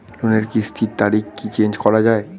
লোনের কিস্তির তারিখ কি চেঞ্জ করা যায়?